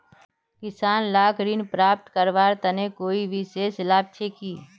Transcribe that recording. किसान लाक ऋण प्राप्त करवार तने कोई विशेष लाभ छे कि?